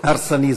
הרסני זה,